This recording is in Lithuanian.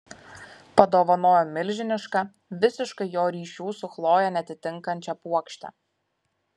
padovanojo milžinišką visiškai jo ryšių su chloje neatitinkančią puokštę